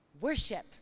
worship